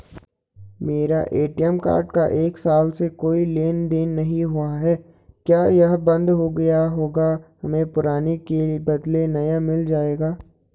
मेरा ATM card का एक साल से कोई लेन देन नहीं हुआ है क्या यह बन्द हो गया होगा हमें पुराने के बदलें नया मिल जाएगा?